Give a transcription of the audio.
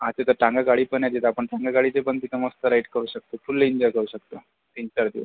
हा तिथे टांगा गाडी पण आहे तिथं आपण टांगा गाडीत पण मस्त राईट करू शकतो फुल एन्जॉय करू शकतो तीन चार दिवस